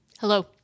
Hello